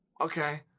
Okay